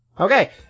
Okay